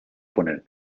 poner